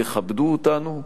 יכבדו אותנו,